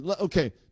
okay